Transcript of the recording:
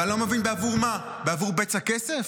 ואני לא מבין בעבור מה, בעבור בצע כסף?